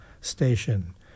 Station